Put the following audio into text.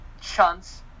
chance